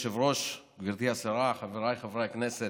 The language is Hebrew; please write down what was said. אדוני היושב-ראש, גברתי השרה, חבריי חברי הכנסת,